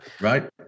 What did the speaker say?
Right